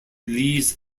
leads